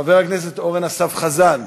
חבר הכנסת אורן אסף חזן,